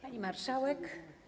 Pani Marszałek!